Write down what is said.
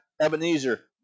Ebenezer